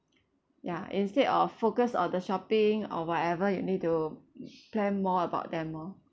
ya instead of focus on the shopping or whatever you need to plan more about them lor